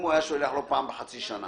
הוא היה שולח לו פעם בחצי שנה,